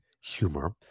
humor